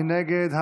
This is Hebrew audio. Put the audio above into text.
מי נגד?